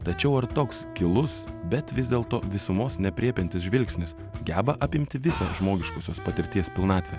tačiau ar toks gilus bet vis dėlto visumos neaprėpiantis žvilgsnis geba apimti visą žmogiškosios patirties pilnatvę